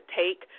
take